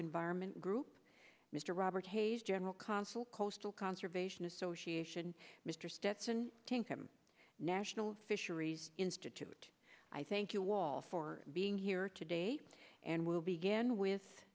environment group mr robert hayes general consul coastal conservation association mr stetson national fisheries institute i thank you wall for being here today and we'll begin with